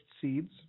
seeds